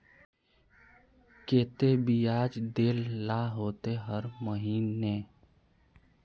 केते बियाज देल ला होते हर महीने?